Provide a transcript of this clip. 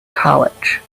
college